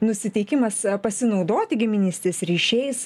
nusiteikimas pasinaudoti giminystės ryšiais